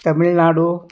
Tamil Nadu